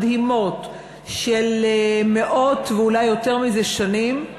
מדהימות, של מאות, ואולי יותר מזה, שנים,